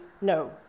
no